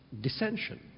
dissension